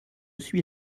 suis